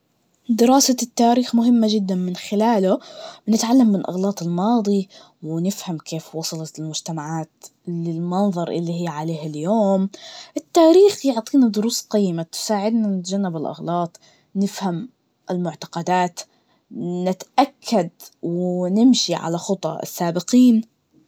دراسة التاريخ جدا, من خلاله نتعلم من أغلاط الماضي, ونفهم كيف وصلت المجتمعات للمنظر اللي هي عليه اليوم, التاريخ يعطينا دروس قيمة, تساعدنا نتجنب الأغلاط, نفهم المعتقدات, نتأكد ونمشي على خطى السابقين.